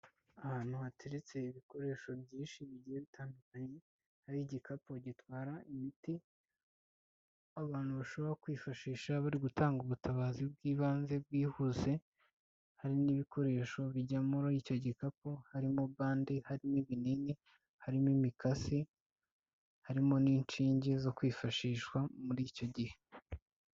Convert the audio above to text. Ahantu hateretse ibikoresho byinshi bigiye bitandukanye, hari igikapu gitwara imiti, abantu bashobora kwifashisha bari gutanga ubutabazi bw'ibanze bwihuse, hari n'ibikoresho bijya muri icyo gikapu, harimo bande, harimo ibinini, harimo imikasi, harimo n'inshinge zo kwifashishwa muri icyo gihe.